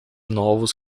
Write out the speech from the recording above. novos